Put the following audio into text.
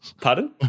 Pardon